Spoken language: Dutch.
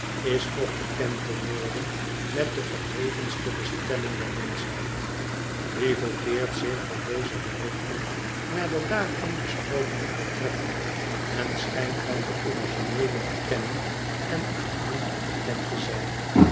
is toch bekend te worden met de verhevenste bestemming der menschheid weevle keert zich van deze berichten naar de daarin besprokene portretten en schijnt dan de origineelen te kennen en aan hen bekend te zijn